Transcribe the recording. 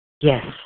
Yes